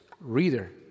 reader